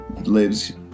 lives